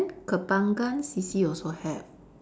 then Kembangan C_C also have